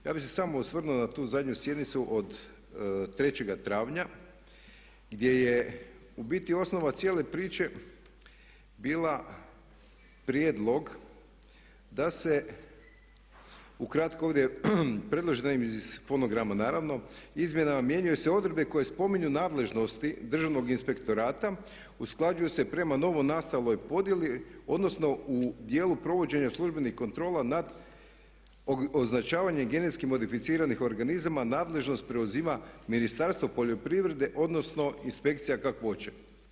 Ja bih se samo osvrnuo na tu zadnju sjednicu od 3. travnja gdje je u biti osnova cijele priče bila prijedlog da se ukratko, ovdje čitam iz fonograma naravno, izmjenama mijenjaju se odredbe koje spominju nadležnosti Državnog inspektorata, usklađuju se prema novonastaloj podjeli odnosno u dijelu provođenja službenih kontrola nad označavanjem GMO-a nadležnost preuzima Ministarstvo poljoprivrede odnosno Inspekcija kakvoće.